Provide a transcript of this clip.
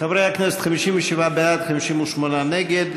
חברי הכנסת, 57 בעד, 58 נגד.